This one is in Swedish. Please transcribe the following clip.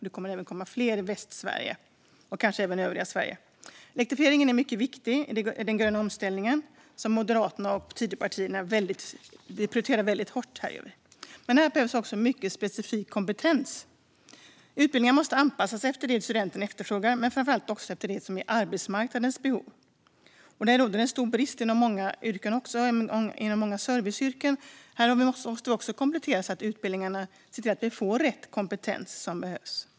Det kommer även att komma fler i Västsverige - och kanske också i övriga Sverige. Elektrifieringen är mycket viktig i den gröna omställningen och något som Moderaterna och Tidöpartierna prioriterar väldigt hårt. Här behövs också mycket specifik kompetens. Utbildningarna måste anpassas efter vad studenterna efterfrågar och framför allt efter arbetsmarknadens behov. Det råder en stor brist inom många yrken, till exempel serviceyrken. Här måste vi också komplettera utbildningarna så att vi får den kompetens som behövs.